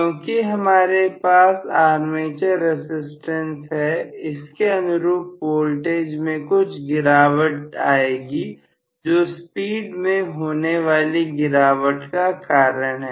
क्योंकि हमारे पास आर्मेचर रसिस्टेंस है इसके अनुरूप वोल्टेज में कुछ गिरावट आएगी जो स्पीड में होने वाली गिरावट का कारण है